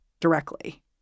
directly